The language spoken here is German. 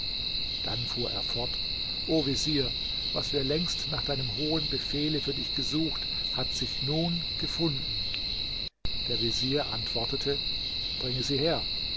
dann fuhr er fort o vezier was wir längst nach deinem hohen befehle für dich gesucht hat sich nun gefunden der vezier antwortete bringe sie her